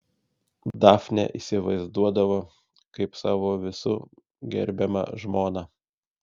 dafnę įsivaizduodavo kaip savo visų gerbiamą žmoną